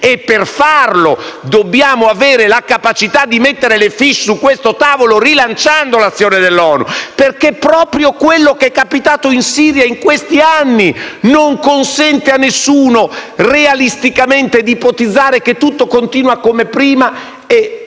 e, per farlo, dobbiamo avere la capacità di mettere le *fiche* su questo tavolo, rilanciando l'azione dell'ONU perché proprio quello che è capitato in Siria in questi anni non consente a nessuno, realisticamente, di ipotizzare che tutto continui come prima e